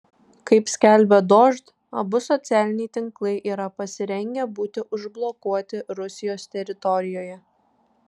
kaip skelbia dožd abu socialiniai tinklai yra pasirengę būti užblokuoti rusijos teritorijoje